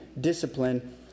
discipline